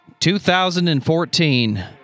2014